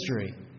history